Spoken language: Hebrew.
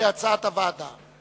כהצעת הוועדה.